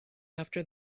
after